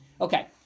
Okay